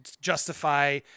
justify